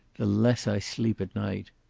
the less i sleep at night.